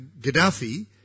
Gaddafi